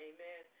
Amen